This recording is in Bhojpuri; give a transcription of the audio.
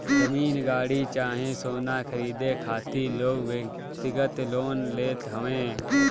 जमीन, गाड़ी चाहे सोना खरीदे खातिर लोग व्यक्तिगत लोन लेत हवे